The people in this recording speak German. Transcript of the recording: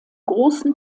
großen